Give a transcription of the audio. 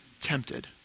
tempted